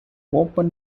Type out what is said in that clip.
open